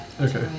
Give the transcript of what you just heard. Okay